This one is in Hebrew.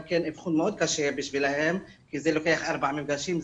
אבחון מאוד קשה עבורם כי זה לוקח ארבעה מפגשים,